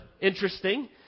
interesting